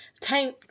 time